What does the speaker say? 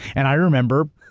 and i remember,